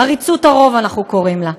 עריצות הרוב, אנחנו קוראים לה.